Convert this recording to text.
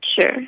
sure